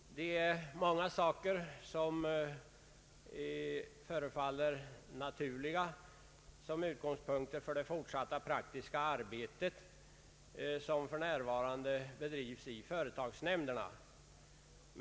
Många saker förefaller naturliga som utgångspunkter för det fortsatta praktiska arbete, som för närvarande bedrivs i företagsnämnderna.